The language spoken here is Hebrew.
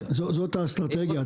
זאת הטקטיקה?